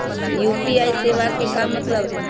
UPI सेवा के का मतलब है?